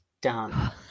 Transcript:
done